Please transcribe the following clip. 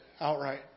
outright